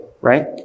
right